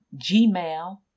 Gmail